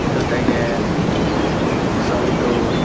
ಜೊತೆಗೆ ಸೌಟು